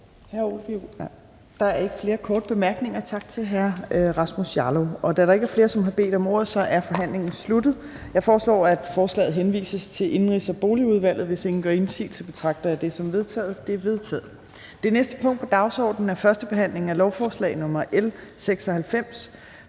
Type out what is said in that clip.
Der er ikke flere korte bemærkninger. Tak til hr. Rasmus Jarlov. Da der ikke er flere, som har bedt om ordet, er forhandlingen sluttet. Jeg foreslår, at forslaget til folketingsbeslutning henvises til Indenrigs- og Boligudvalget. Hvis ingen gør indsigelse, betragter jeg det som vedtaget. Det er vedtaget. --- Det næste punkt på dagsordenen er: 11) 1. behandling af lovforslag nr. L 96: